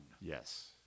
Yes